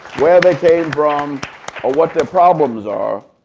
where they came from, or what their problems are.